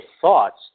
thoughts